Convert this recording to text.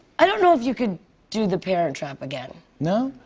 i don't know if you could do the parent trap again. no?